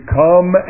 come